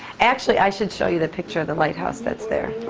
actually, i should show you the picture of the lighthouse that's there.